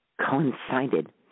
coincided